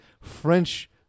French